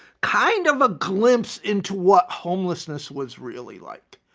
kind of a glimpse into what homelessness was really like.